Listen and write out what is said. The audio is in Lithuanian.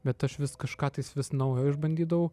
bet aš vis kažką tais vis naujo išbandydavau